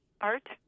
art